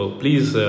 please